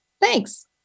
Thanks